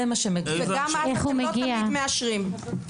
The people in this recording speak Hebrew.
זה מה שמגיע לו.